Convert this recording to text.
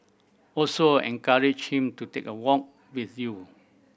also encourage him to take a walk with you